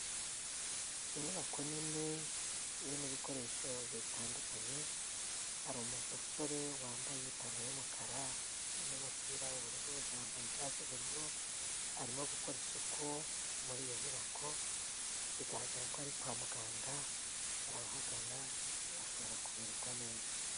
Inyubako nini irimo ibikoresho bitandukanye, hari umusore wambaye ipantaro y'umukara n'umupira w'ubururu yambaye ga z'ubururu, arimo gukora isuku muri iyo nyubako bigaragara ko ari kwa muganga, abahagana bashobora kumererwa neza.